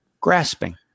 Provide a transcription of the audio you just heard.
Grasping